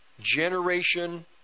generation